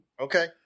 Okay